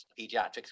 pediatrics